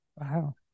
Wow